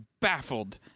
baffled